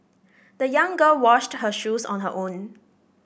the young girl washed her shoes on her own